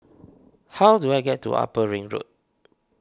how do I get to Upper Ring Road